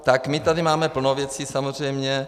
Tak my tady máme plno věcí, samozřejmě.